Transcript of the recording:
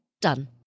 Done